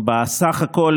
בסך הכול,